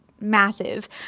massive